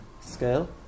scale